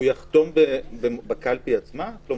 הוא יחתום בקלפי עצמה?